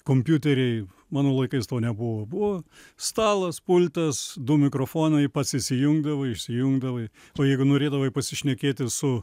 kompiuteriai mano laikais to nebuvo buvo stalas pultas du mikrofonai pats įsijungdavai išsijungdavai o jeigu norėdavai pasišnekėti su